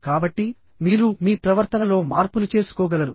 కాబట్టి మీరు మీ ప్రవర్తనలో మార్పులు చేసుకోగలరు